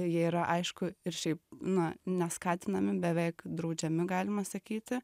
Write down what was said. jie yra aišku ir šiaip na neskatinami beveik draudžiami galima sakyti